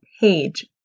page